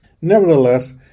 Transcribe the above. nevertheless